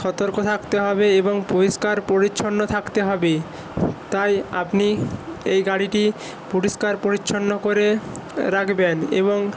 সতর্ক থাকতে হবে এবং পরিষ্কার পরিচ্ছন্ন থাকতে হবে তাই আপনি এই গাড়িটি পরিষ্কার পরিচ্ছন্ন করে রাখবেন এবং